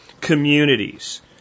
communities